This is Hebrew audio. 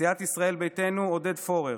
סיעת ישראל ביתנו, עודד פורר,